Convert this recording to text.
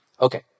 Okay